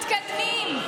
מתקדמים.